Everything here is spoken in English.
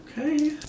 Okay